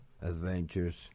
Adventures